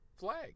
Flag